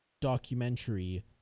documentary